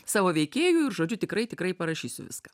savo veikėjų ir žodžiu tikrai tikrai parašysiu viską